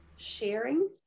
sharing